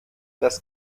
das